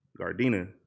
Gardena